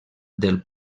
del